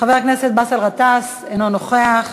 חבר הכנסת באסל גטאס, אינו נוכח,